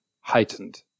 heightened